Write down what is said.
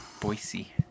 Boise